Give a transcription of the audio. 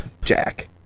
Jack